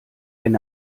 wenn